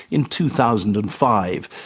in two thousand and five.